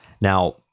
Now